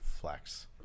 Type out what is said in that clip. flex